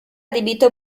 adibito